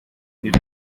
mis